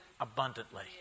abundantly